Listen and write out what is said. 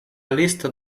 listo